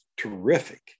terrific